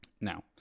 now